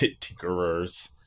tinkerers